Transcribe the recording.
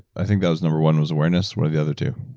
i think that was number one was awareness, what are the other two?